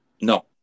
No